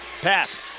Pass